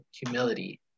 humility